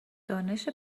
دانش